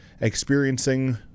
experiencing